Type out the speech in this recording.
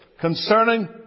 Concerning